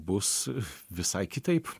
bus visai kitaip